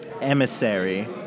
emissary